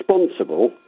responsible